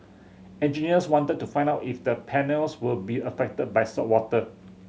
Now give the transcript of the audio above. engineers wanted to find out if the panels would be affected by saltwater